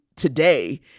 today